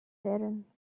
herren